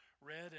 read